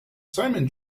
simon